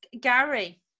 Gary